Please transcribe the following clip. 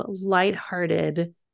lighthearted